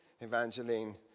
Evangeline